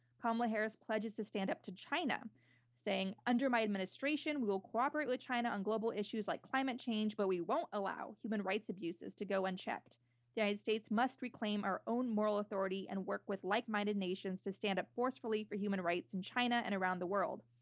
kamala harris pledges to stand up to china saying, under my administration, we will cooperate with china on global issues like climate change, but we won't allow human rights abuses to go unchecked. the united states must reclaim our own moral authority and work with like-minded nations to stand up forcefully for human rights in china and around the world.